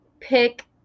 pick